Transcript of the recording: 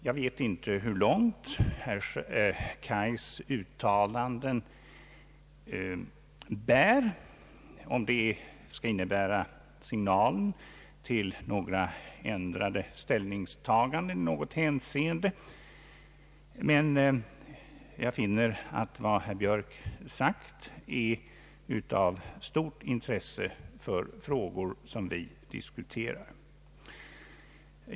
Jag vet inte hur långt herr Björks uttalande bär, om det skall utgöra signalen till ändrade ställningstaganden i något hänseende, men jag finner att vad herr Björk sagt är av stort intresse för frågor som vi diskuterar.